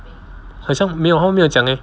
很像没有他们没有讲 leh